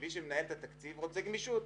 מי שמנהל את התקציב רוצה גמישות.